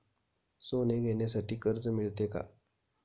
सोने घेण्यासाठी कर्ज मिळते का?